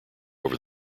over